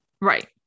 Right